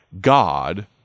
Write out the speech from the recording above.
God